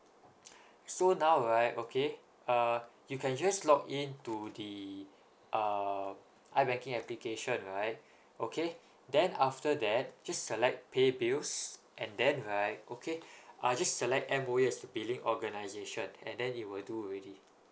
so now right okay uh you can just log in to the uh I banking application right okay then after that just select pay bills and then right okay uh just select M_O_E as billing organisation and then you will do already